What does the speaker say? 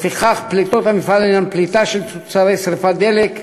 לפיכך פליטות המפעל הן פליטה של תוצרי שרפת דלק,